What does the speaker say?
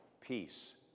Peace